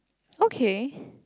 okay